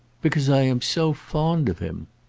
because i am so fond of him.